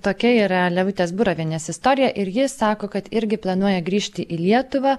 tokia yra levutės burovienės istorija ir ji sako kad irgi planuoja grįžti į lietuvą